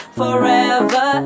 forever